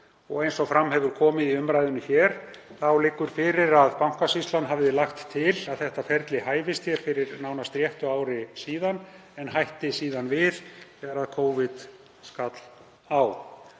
og eins og fram hefur komið í umræðunni þá liggur fyrir að Bankasýslan hafði lagt til að þetta ferli hæfist fyrir nánast réttu ári síðan, en hætti síðan við þegar Covid skall á.